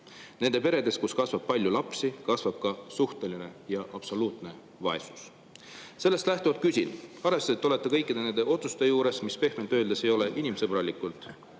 nendes peredes, kus kasvab palju lapsi, kasvab ka suhteline ja absoluutne vaesus. Arvestades, et olete olnud kõikide nende otsuste juures, mis pehmelt öeldes ei ole inimsõbralikud,